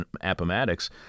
Appomattox